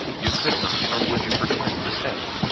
you could not nor would you pretend to say.